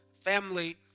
family